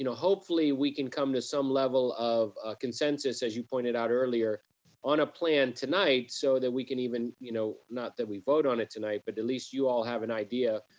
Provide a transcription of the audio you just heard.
hopefully we can come to some level of consensus as you pointed out earlier on a plan tonight so that we can even, you know not that we vote on it tonight, but at least you all have an idea,